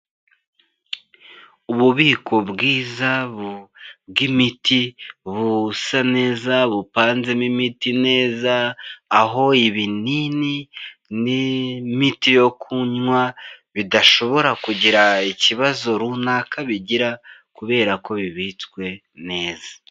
ububiko bwIzabu bw'imiti busa neza, bupanzemo imiti neza, aho ibinini n'imiti yo kunywa bidashobora kugira ikibazo runaka bigira, kubera ko bibitswe neza.